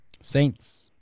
Saints